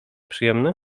przyjemny